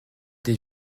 des